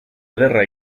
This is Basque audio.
ederra